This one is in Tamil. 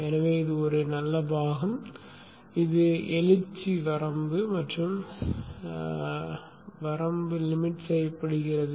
எனவே இது ஒரு நல்ல கூறு ஆகும் இது எழுச்சி வரம்பு என்றும் அழைக்கப்படுகிறது